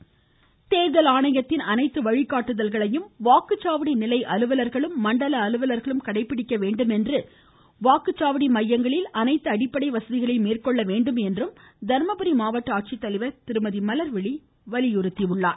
மலர்விழி தேர்தல் ஆணையத்தின் அனைத்து வழிகாட்டுதல்களையும் வாக்குச்சாவடி நிலை அலுவலர்களும் மண்டல அலுவலர்களும் கடைபிடிக்க வேண்டும் என்றும் வாக்குச்சாவடி மையங்களில் அனைத்து அடிப்படை வசதிகளையும் மேற்கொள்ள வேண்டும் என்றும் தர்மபுரி வலியுறுத்தியுள்ளார்